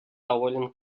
доволен